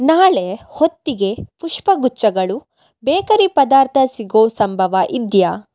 ನಾಳೆ ಹೊತ್ತಿಗೆ ಪುಷ್ಪಗುಚ್ಛಗಳು ಬೇಕರಿ ಪದಾರ್ಥ ಸಿಗೋ ಸಂಭವ ಇದೆಯಾ